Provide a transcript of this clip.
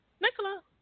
Nicola